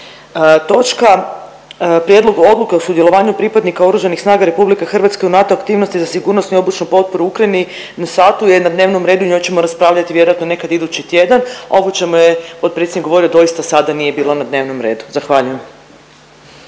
Točka Prijedlog odluke o sudjelovanju pripadnika Oružanih snaga RH u NATO aktivnosti za sigurnosnu i obučnu potpori Ukrajini NSATU je na dnevnom redu i o njoj ćemo raspravljati vjerojatno nekad idući tjedan, a ovo o čemu je potpredsjednik govorio doista sada nije bilo na dnevnom redu. Zahvaljujem.